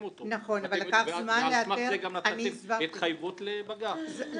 אותו ועל סמך זה גם נתתם התחייבות לבג"ץ.